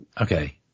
okay